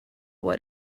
what